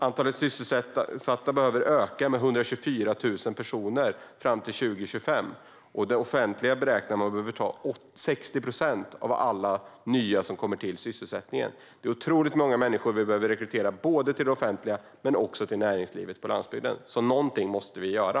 Antalet sysselsatta behöver öka med 124 000 personer fram till 2025, och man beräknar att det offentliga behöver ta 60 procent av alla nya i sysselsättningen. Det är otroligt många människor vi behöver rekrytera både till det offentliga och till näringslivet på landsbygden, så någonting måste vi göra.